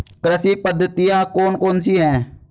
कृषि पद्धतियाँ कौन कौन सी हैं?